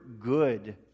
good